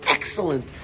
Excellent